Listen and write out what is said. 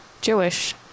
Jewish